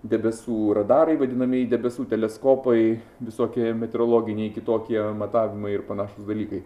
debesų radarai vadinamieji debesų teleskopai visokie meteorologiniai kitokie matavimai ir panašūs dalykai